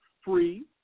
Free